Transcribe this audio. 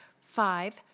Five